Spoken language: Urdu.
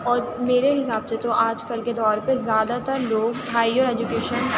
اور میرے حساب سے جو آج کل کے دور پہ زیادہ تر لوگ ہائیر ایجوکیشن